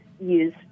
use